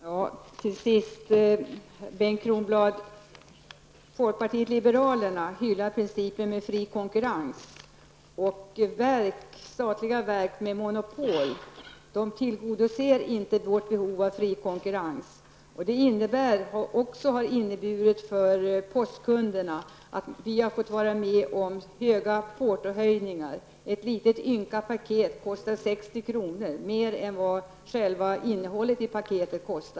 Fru talman! Till Bengt Kronblad vill jag till sist säga att folkpartiet liberalerna hyllar principen fri konkurrens. Statliga verk med monopol tillgodoser inte vårt behov av fri konkurrens. Det innebär för postkunderna att vi har fått vara med om stora portohöjningar. Ett litet ynka paket kostar 60 kr., mer än vad själva innehållet i paketet kostar.